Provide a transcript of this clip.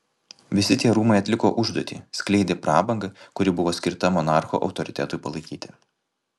visi tie rūmai atliko užduotį skleidė prabangą kuri buvo skirta monarcho autoritetui palaikyti